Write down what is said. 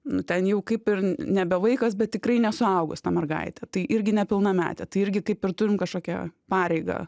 nu ten jau kaip ir nebe vaikas bet tikrai nesuaugus ta mergaitė tai irgi nepilnametė tai irgi kaip ir turim kažkokią pareigą